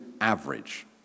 average